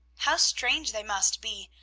how strange they must be!